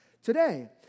today